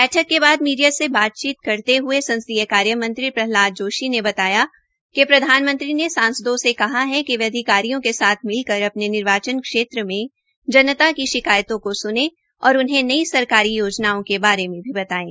बैठक के बाद मीडिया से बातचीत करते ह्ये संसदीय कार्य मंत्री प्रहलाद जोशी ने बताया कि प्रधानमंत्री ने सांसदों से कहा कि वे अधिकारियों के साथ मिलकर अपने निर्वाचन क्षेत्र में जनता की शिकायतों को सुने और उन्हें नई सरकारी योजनाओं के बारे में भी बतायें